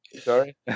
sorry